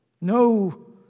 No